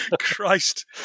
Christ